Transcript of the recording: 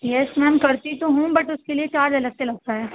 یس ma'am کرتی تو ہوں بٹ اس کے لیے چارج الگ سے لگتا ہے